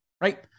Right